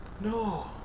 No